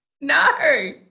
No